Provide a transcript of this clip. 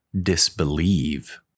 disbelieve